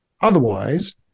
otherwise